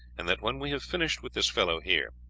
and that when we have finished with this fellow here,